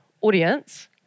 audience